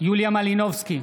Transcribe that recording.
יוליה מלינובסקי,